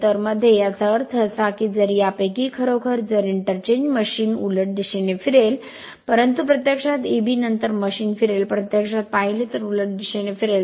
तर मध्ये याचा अर्थ असा की जर यापैकी खरोखर जर इंटरचेंज मशीन उलट दिशेने फिरेल परंतु प्रत्यक्षात Eb नंतर मशीन फिरेल प्रत्यक्षात पाहिले तर उलट दिशेने फिरेल